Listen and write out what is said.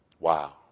Wow